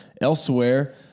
Elsewhere